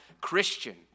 Christian